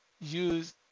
use